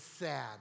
sad